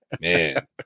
man